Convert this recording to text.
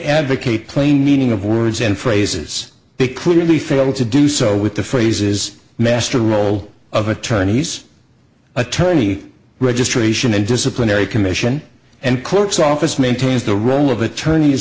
advocate plain meaning of words and phrases they clearly fail to do so with the phrases master role of attorneys attorney registration and disciplinary commission and clerk's office maintains the role of attorneys